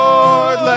Lord